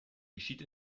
geschieht